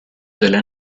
della